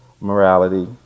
morality